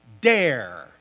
dare